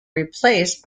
replaced